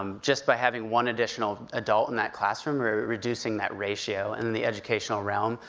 and just by having one additional adult in that classroom, we're reducing that ratio, and in the educational realm,